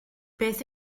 beth